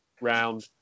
Round